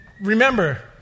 remember